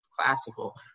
classical